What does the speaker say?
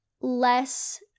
less